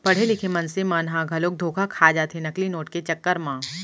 पड़हे लिखे मनसे मन ह घलोक धोखा खा जाथे नकली नोट के चक्कर म